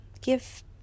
give